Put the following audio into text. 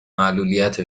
معلولیت